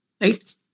right